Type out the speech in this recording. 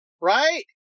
Right